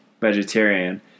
vegetarian